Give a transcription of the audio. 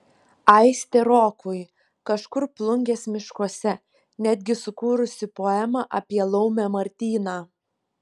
aistė rokui kažkur plungės miškuose netgi sukūrusi poemą apie laumę martyną